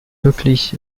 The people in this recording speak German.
glücklich